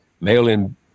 mail-in